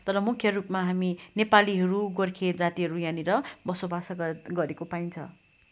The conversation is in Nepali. तर मुख्य रूपमा हामी नेपालीहरू गोर्खे जातिहरू यहाँनिर बसोबासो गरे गरेको पाइन्छ